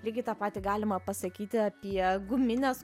lygiai tą patį galima pasakyti apie gumines